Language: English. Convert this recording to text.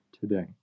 today